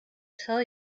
tell